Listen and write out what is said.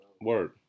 word